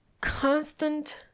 constant